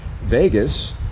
Vegas